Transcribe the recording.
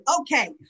okay